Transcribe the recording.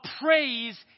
praise